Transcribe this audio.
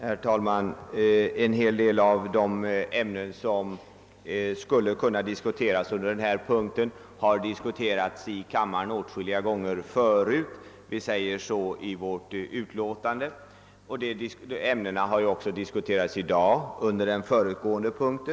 Herr talman! En hel del av de ämnen som skulle kunna diskuteras under denna punkt på föredragningslistan har debatterats i kammaren =: åtskilliga gånger förut. Detta framhåller vi också i vårt utlåtande. Ämnena har ju även diskuterats i dag under föregående punkt.